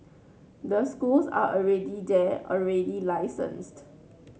the schools are already there already licensed